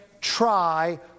try